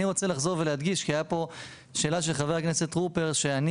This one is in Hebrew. אני רוצה לחזור ולהדגיש כי הייתה פה שאלה של חבר הכנסת טרופר שאני